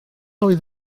oedd